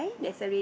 yeah